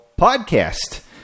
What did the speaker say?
podcast